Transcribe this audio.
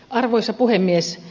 arvoisa puhemies